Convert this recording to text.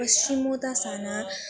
पश्चिमोत्तानासना